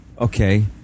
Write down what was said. okay